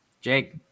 Jake